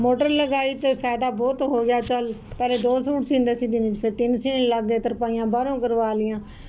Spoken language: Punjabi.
ਮੋਟਰ ਲਗਾਈ ਤੇ ਫਾਇਦਾ ਬਹੁਤ ਹੋ ਗਿਆ ਚਲ ਪਹਿਲਾ ਦੋ ਸੂਟ ਸੀਦੇ ਸੀ ਦਿਨ ਚ ਫਿਰ ਤਿੰਨ ਸੀਣ ਲੱਗ ਗਏ ਤੇ ਤਰਪਾਈਆਂ ਬਾਹਰੋਂ ਕਰਵਾ ਲਈਆਂ